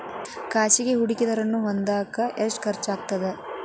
ಖಾಸಗಿ ಹೂಡಕೆದಾರನ್ನ ಹೊಂದಾಕ ಎಷ್ಟ ಖರ್ಚಾಗತ್ತ